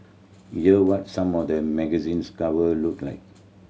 here what some of the magazines cover looked like